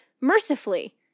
mercifully